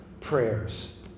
prayers